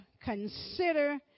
consider